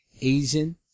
Asian